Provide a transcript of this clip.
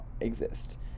exist